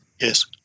yes